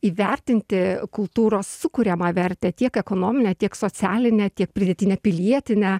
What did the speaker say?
įvertinti kultūros sukuriamą vertę tiek ekonominę tiek socialinę tiek pridėtinę pilietinę